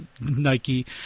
Nike